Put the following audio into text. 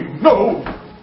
no